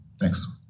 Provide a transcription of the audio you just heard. Thanks